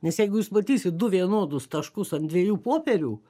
nes jeigu jūs matysit du vienodus taškus ant dviejų popierių